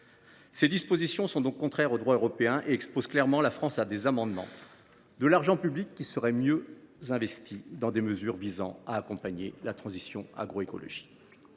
Les dispositions du présent texte, contraires au droit européen, exposent clairement la France à des amendes. L’argent public serait mieux investi dans des dispositifs visant à accompagner la transition agroécologique